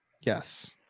Yes